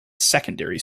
secondary